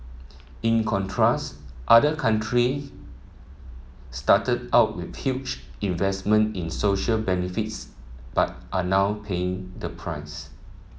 in contrast other country started out with huge investments in social benefits but are now paying the price